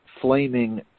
flaming